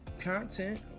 content